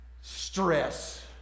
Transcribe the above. stress